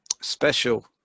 special